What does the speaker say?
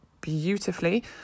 beautifully